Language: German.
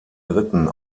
dritten